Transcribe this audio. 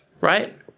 Right